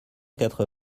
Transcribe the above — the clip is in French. quatre